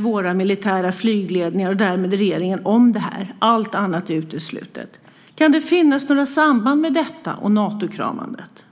Våra militära flygledningar, och därmed regeringen, vet självklart om detta. Allt annat är uteslutet. Kan det finnas några samband mellan detta och Natokramandet?